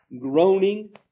Groaning